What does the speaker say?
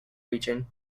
region